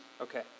Okay